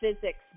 physics